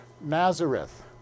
Nazareth